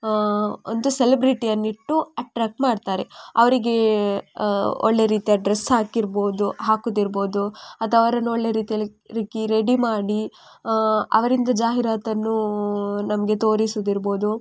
ಒಂದು ಸೆಲಬ್ರಿಟಿಯನ್ನಿಟ್ಟು ಅಟ್ರ್ಯಾಕ್ಟ್ ಮಾಡ್ತಾರೆ ಅವರಿಗೆ ಒಳ್ಳೆ ರೀತಿಯ ಡ್ರೆಸ್ ಹಾಕಿರ್ಬೋದು ಹಾಕುವುದಿರ್ಬೋದು ಅಥವಾ ಅವ್ರನ್ನ ಒಳ್ಳೆ ರೀತಿಯಲ್ಲಿ ರೆಡಿ ಮಾಡಿ ಅವರಿಂದ ಜಾಹಿರಾತನ್ನೂ ನಮಗೆ ತೋರಿಸುವುದಿರ್ಬೋದು